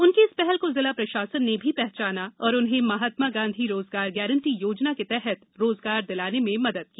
उनकी इस पहल को जिला प्रशासन ने भी पहचाना और उन्हे महात्मा गांधी रोजगार गारण्टी योजना के तहत रोजगार दिलाने में मदद की